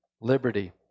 liberty